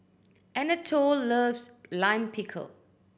Anatole loves Lime Pickle